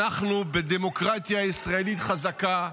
אנחנו בדמוקרטיה ישראלית חזקה,